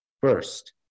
First